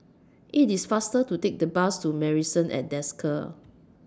IT IS faster to Take The Bus to Marrison At Desker